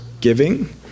giving